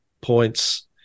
points